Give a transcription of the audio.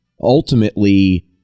ultimately